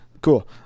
cool